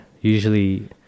usually